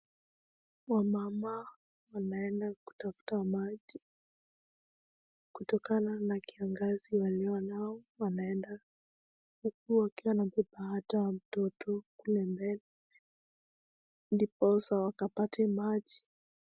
Wamama wanaenda kutafuta maji kutokana na kiangazi, walewa nao wanaenda huku wakiwa wanabeba hata mtoto kule mbele ndiposa wakapate maji.